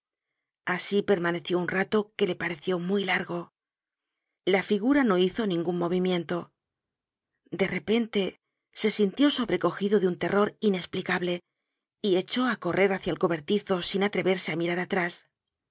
asi permaneció un rato que le pareció muy largo la figura no hizo ningun movimiento de repente se sintió sobrecogido de un terror inesplicable y echó á correr hácia el cobertizo sin atreverse á mirar atrás